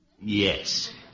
Yes